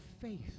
faith